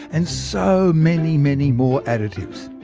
and so many many more additives.